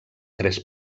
tres